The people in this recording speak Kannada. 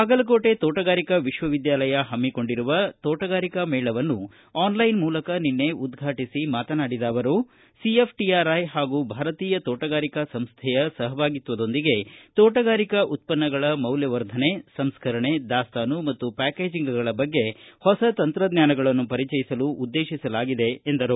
ಬಾಗಲಕೋಟೆ ತೋಟಗಾರಿಕಾ ವಿಶ್ವವಿದ್ಯಾಲಯ ಹಮ್ಮಿಕೊಂಡಿರುವ ತೋಟಗಾರಿಕಾ ಮೇಳವನ್ನು ಆನ್ ಲೈನ್ ಮೂಲಕ ನಿನ್ನೆ ಉದ್ಘಾಟಿಸಿ ಮಾತನಾಡಿದ ಅವರು ಸಿಎಫ್ಟಿಆರ್ಐ ಹಾಗೂ ಭಾರತೀಯ ತೋಟಗಾರಿಕಾ ಸಂಸ್ವೆಯ ಸಹಭಾಗಿತ್ವದೊಂದಿಗೆ ತೋಟಗಾರಿಕಾ ಉತ್ಪನ್ನಗಳ ಮೌಲ್ವವರ್ಧನೆ ಸಂಸ್ಕರಣೆ ದಾಸ್ತಾನು ಮತ್ತು ಪ್ಯಾಕೇಜಿಂಗ್ಗಳ ಬಗ್ಗೆ ಹೊಸ ತಂತ್ರಜ್ಞಾನಗಳನ್ನು ಪರಿಚಯಿಸಲು ಉದ್ದೇಶಿಸಲಾಗಿದೆ ಎಂದರು